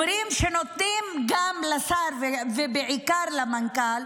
אומרים שנותנים גם לשר ובעיקר למנכ"ל,